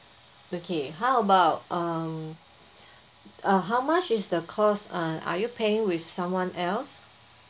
okay how about um uh how much is the cost uh are you paying with someone else